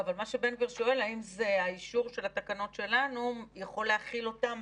בן-גביר שואל אם האישור של התקנות יכול לכלול אותם.